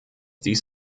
dies